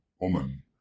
woman